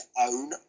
own